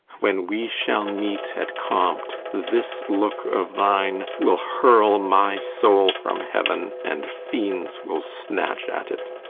when we shall meet at compt, this look of thine will hurl my soul from heaven, and fiends will snatch at it.